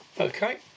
Okay